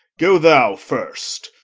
go thou first.